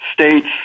states